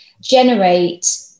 generate